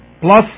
plus